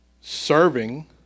serving